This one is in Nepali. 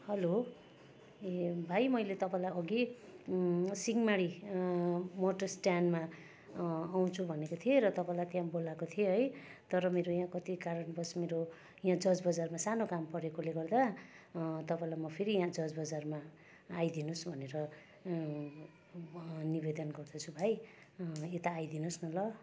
हेलो ए भाइ मैले तपाईँलाई अघि सिहंमारी मोटर स्टयान्डमा आउँछु भनेको थिएँ र तपाईँलाई त्यहाँ बोलाएको थिएँ है तर मेरो यहाँ कति कारणवस मेरो यहाँ जर्ज बजारमा सानो काम परेकोले गर्दा तपाईँलाई म फेरि यहाँ जर्ज बजारमा आइदिनु होस् भनेर निवेदन गर्दछु भाइ यता आइदिनु होस् न ल